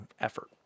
effort